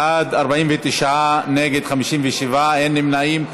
בעד, 49, נגד, 57, אין נמנעים.